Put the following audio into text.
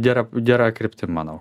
gera gera kryptim manau